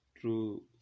true